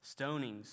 stonings